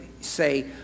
say